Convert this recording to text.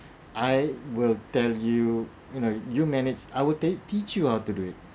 I will tell you you know you manage I will take teach you how to do it